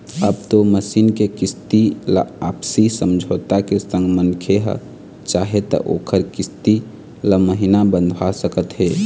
अब ओ मसीन के किस्ती ल आपसी समझौता के संग मनखे ह चाहे त ओखर किस्ती ल महिना बंधवा सकत हे